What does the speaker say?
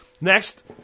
Next